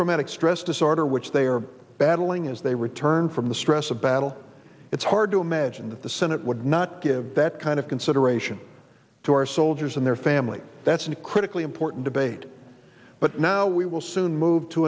traumatic stress disorder which they are battling as they return from the stress of battle it's hard to imagine that the senate would not give that kind of consideration to our soldiers and their families that's a critically important debate but now we will soon move to